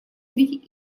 три